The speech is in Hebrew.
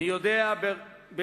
אני יודע בלבי,